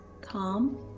Calm